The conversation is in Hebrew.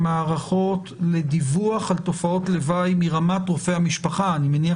המערכות לדיווח על תופעות לוואי מרמת רופאי המשפחה אני מניח